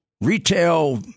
retail